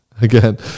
again